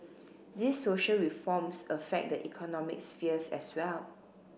these social reforms affect the economic spheres as well